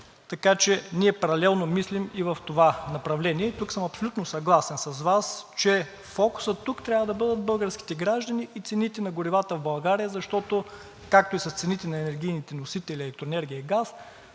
Така че ние паралелно мислим и в това направление. Тук съм абсолютно съгласен с Вас, че фокусът тук трябва да бъдат българските граждани и цените на горивата в България, защото, както и с цените на енергийните носители – електроенергия и газ,